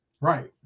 Right